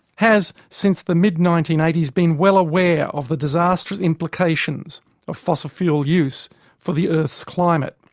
has since the mid nineteen eighty s been well aware of the disastrous implications of fossil fuel use for the earth's climate.